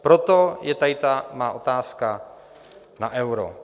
Proto je tady ta má otázka na euro.